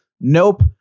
Nope